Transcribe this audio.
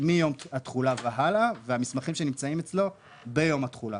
מיום התחולה והלאה והמסמכים שנמצאים אצלו ביום התחולה.